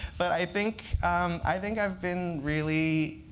but i think i think i've been really